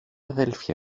αδέλφια